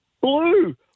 blue